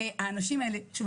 האנשים האלה שוב,